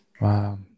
Wow